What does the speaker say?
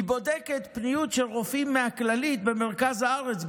היא בודקת פניות של רופאים מכללית במרכז הארץ,